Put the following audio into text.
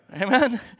Amen